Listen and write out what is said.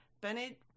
Bennett